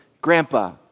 Grandpa